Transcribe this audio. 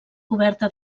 coberta